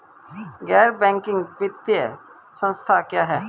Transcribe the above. गैर बैंकिंग वित्तीय संस्था क्या है?